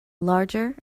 larger